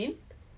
err